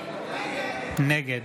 נגד